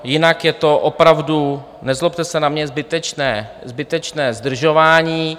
Jinak je to opravdu, nezlobte se na mě, zbytečné zdržování.